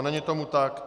Není tomu tak.